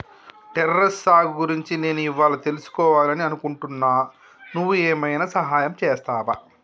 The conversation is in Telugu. టెర్రస్ సాగు గురించి నేను ఇవ్వాళా తెలుసుకివాలని అనుకుంటున్నా నువ్వు ఏమైనా సహాయం చేస్తావా